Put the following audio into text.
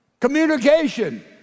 communication